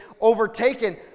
overtaken